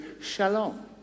shalom